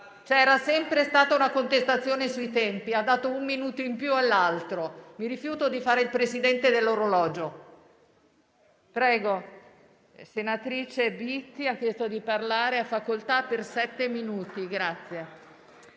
C'è sempre stata la contestazione sui tempi. *(Commenti).* Ha dato un minuto in più all'altro. Mi rifiuto di fare il Presidente dell'orologio.